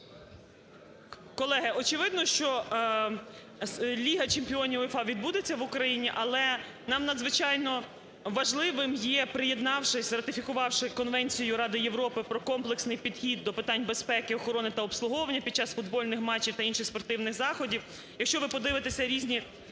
Колеги, очевидно, що Ліга чемпіонів УЄФА відбудеться в Україні. Але нам надзвичайно важливим є, приєднавшись і ратифікувавши Конвенцію Ради Європи про комплексний підхід до питань безпеки, охорони та обслуговування під час футбольних матчів та інших спортивних заходів, якщо ви подивитеся різні